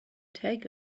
take